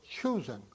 choosing